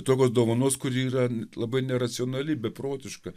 tokios dovanos kuri yra labai neracionali beprotiška